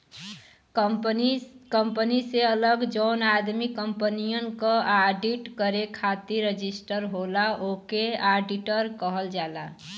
company से अलग जौन आदमी कंपनियन क आडिट करे खातिर रजिस्टर होला ओके आडिटर कहल जाला